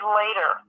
later